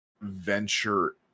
venture